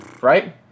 right